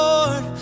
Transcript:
Lord